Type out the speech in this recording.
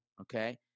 Okay